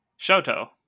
Shoto